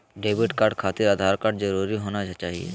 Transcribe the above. Debit card खातिर Aadhaar card जरूरी होना चाहिए?